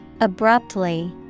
Abruptly